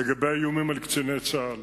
לגבי איומים על קציני צה"ל